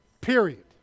period